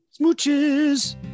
Smooches